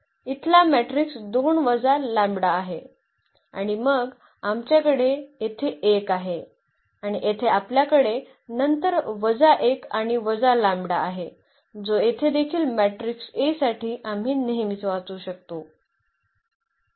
इथला मॅट्रिक्स 2 वजा लंबडा आहे आणि मग आपल्याकडे येथे 1 आहे आणि येथे आपल्याकडे नंतर वजा 1 आणि वजा लंबडा आहे जो येथे दिलेला मेट्रिक्स A साठी आम्ही नेहमीच वाचू शकतो